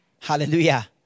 hallelujah